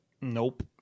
Nope